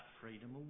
freedom